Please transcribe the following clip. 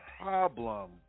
problem